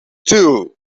two